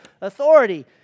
authority